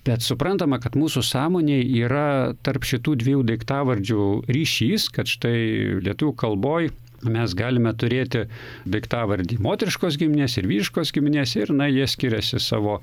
bet suprantama kad mūsų sąmonėj yra tarp šitų dviejų daiktavardžių ryšys kad štai lietuvių kalboj mes galime turėti daiktavardį moteriškos giminės ir vyriškos giminės ir na jie skiriasi savo